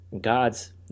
God's